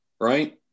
right